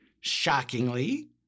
Shockingly